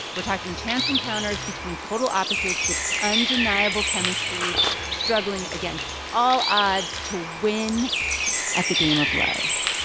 we're talking chance encounters between total opposites with undeniable chemistry struggling against all odds to win at the game of love.